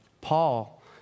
Paul